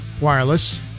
Wireless